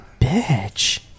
bitch